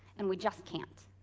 and we just can't.